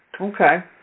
okay